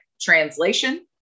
translation